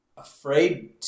afraid